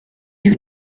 you